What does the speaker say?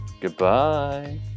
Goodbye